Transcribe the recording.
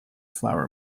flour